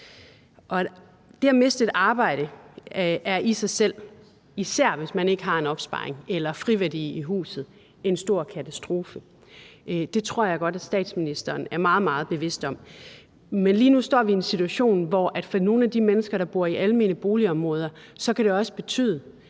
Det at miste sit arbejde er – især hvis man ikke har en opsparing eller friværdi i huset – i sig selv en stor katastrofe. Det tror jeg godt at statsministeren er meget, meget bevidst om. Men lige nu står vi en situation, hvor det for nogle af de mennesker, der bor i almene boligområder, også kan betyde,